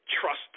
trust